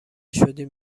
شدیم